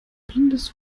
blindes